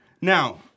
Now